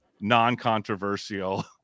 non-controversial